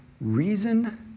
reason